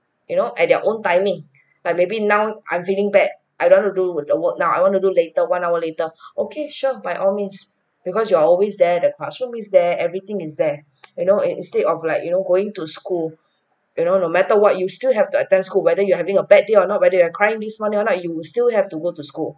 you know at their own timing like maybe now I'm feeling bad I don't want to do with the work now I wanna do later one hour later okay sure by all means because you're always there the classroom is there everything is there you know and instead of like you know going to school you know no matter what you still have to attend school whether you're having a bad day or not whether you are crying this morning or not you will still have to go to school